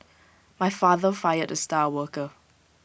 my father fired the star worker